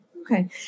Okay